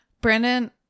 Brandon